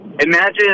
imagine